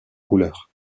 couleurs